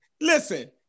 listen